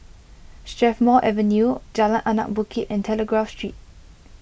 Strathmore Avenue Jalan Anak Bukit and Telegraph Street